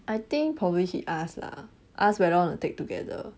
I think probably he ask lah ask whether wanna take together